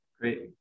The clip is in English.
Great